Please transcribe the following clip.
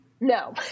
No